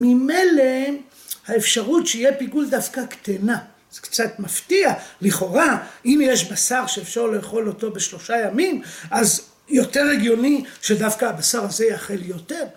ממלא האפשרות שיהיה פיגול דווקא קטנה. זה קצת מפתיע, לכאורה, אם יש בשר שאפשר לאכול אותו בשלושה ימים, אז יותר הגיוני שדווקא הבשר הזה יאכל יותר.